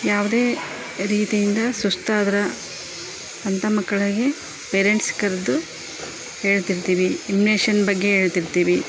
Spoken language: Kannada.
ಯಾವುದೇ ರೀತಿಯಿಂದ ಸುಸ್ತಾದ್ರು ಅಂತ ಮಕ್ಕಳಿಗೆ ಪೇರೆಂಟ್ಸ್ ಕರೆದು ಹೇಳ್ತಿರ್ತೀವಿ ಇಮ್ನೇಷನ್ ಬಗ್ಗೆ ಹೇಳ್ತಿರ್ತೀವಿ